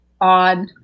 odd